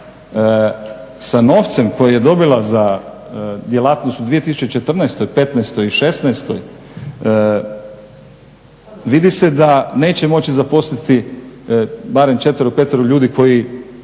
Sa novcem koji je dobila za djelatnost u 2014., 2015., 2016.vidi se da neće moći zaposliti barem četvero, petero ljudi koji